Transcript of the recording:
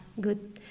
good